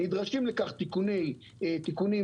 נדרשים לכך תיקונים חקיקתיים,